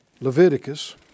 Leviticus